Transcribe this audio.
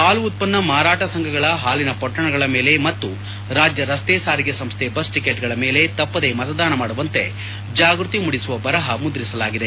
ಹಾಲು ಉತ್ಪನ್ನ ಮಾರಾಟ ಸಂಘಗಳ ಹಾಲಿನ ಪೊಟ್ಟಣಗಳ ಮೇಲೆ ಮತ್ತು ರಾಜ್ಯ ರಸ್ತೆ ಸಾರಿಗೆ ಸಂಸ್ಥೆ ಬಸ್ ಟಕೆಟ್ಗಳ ಮೇಲೆ ತಪ್ಪದೇ ಮತದಾನ ಮಾಡುವಂತೆ ಚಾಗೃತಿ ಮೂಡಿಸುವ ಬರಹ ಮುದ್ರಿಸಲಾಗಿದೆ